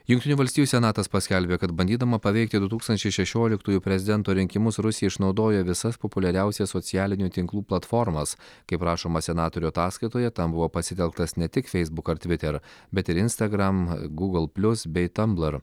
jungtinių valstijų senatas paskelbė kad bandydama paveikti du tūkstančiai šešioliktųjų prezidento rinkimus rusija išnaudojo visas populiariausias socialinių tinklų platformas kaip rašoma senatorių ataskaitoje tam buvo pasitelktas ne tik feisbuk ar tviter bet ir instagram gūgl plius bei tamblar